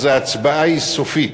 אז ההצבעה היא סופית.